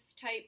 type